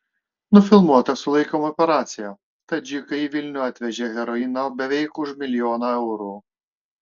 nufilmuota sulaikymo operacija tadžikai į vilnių atvežė heroino beveik už milijoną eurų